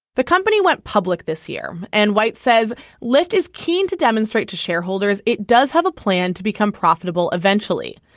the company went public this year and white said lyft is keen to demonstrate to shareholders it does have a plan to become profitable eventually.